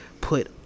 put